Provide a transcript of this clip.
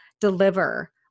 deliver